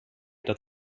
dat